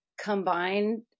combined